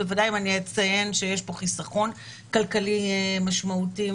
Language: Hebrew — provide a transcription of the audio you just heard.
ודאי אני אציין שיש פה חיסכון כלכלי משמעותי.